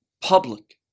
public